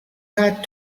got